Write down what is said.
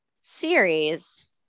series